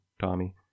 Tommy